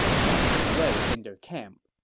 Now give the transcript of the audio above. feasting away in their camp